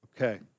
Okay